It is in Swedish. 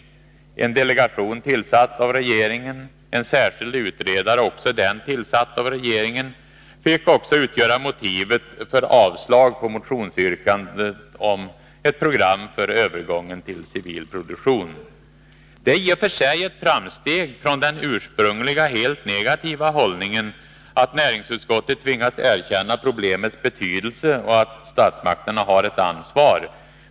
En delegation, tillsatt av regeringen, och en särskild utredare, även denne tillsatt av regeringen, fick också utgöra motivet för avslag på motionsyrkandet om ett program för övergång till civil produktion. Det är i och för sig ett framsteg från den ursprungliga helt negativa hållningen att näringsutskottet tvingats erkänna problemets betydelse och att statsmakterna har ett ansvar.